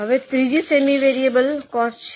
હવે ત્રીજી સેમી વેરિયેબલમાં કોસ્ટ છે